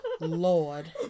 Lord